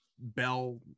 bell